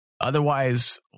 Otherwise